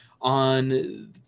on